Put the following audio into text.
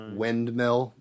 windmill